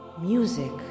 Music